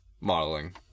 modeling